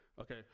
Okay